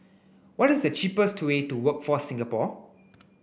what is the cheapest way to Workforce Singapore